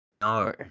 No